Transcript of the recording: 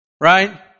right